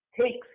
takes